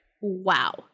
Wow